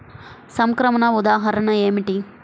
సంక్రమణ ఉదాహరణ ఏమిటి?